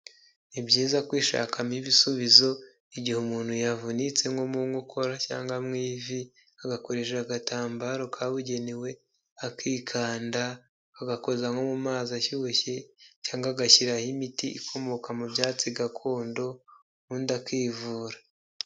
Ni byiza kwishakamo ibisubizo igihe umuntu yavunitse nko mu nkokora cyangwa mu ivi agakoresha agatambaro kabugenewe akikanda ,agakoza nko mu mazi ashyushye cyangwa agashyiraho imiti ikomoka mu byatsi gakondo ubundi akivura.